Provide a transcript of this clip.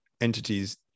Entities